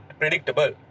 predictable